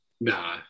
Nah